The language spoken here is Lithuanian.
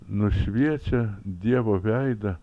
nušviečia dievo veidą